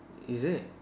is it